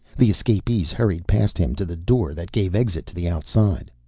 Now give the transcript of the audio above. the escapees hurried past him to the door that gave exit to the outside.